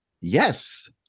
Yes